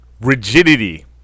Rigidity